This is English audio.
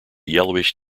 yellowish